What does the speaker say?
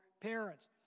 parents